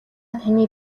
таны